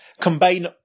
Combine